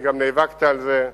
וגם נאבקת על זה,